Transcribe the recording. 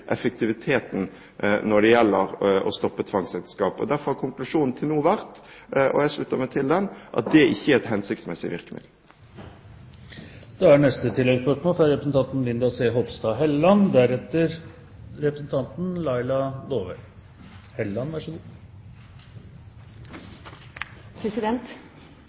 effektiviteten når det gjelder å stoppe tvangsekteskap. Derfor har konklusjonen til nå vært, og jeg slutter meg til den, at det ikke er et hensiktsmessig virkemiddel.